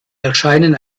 erscheinen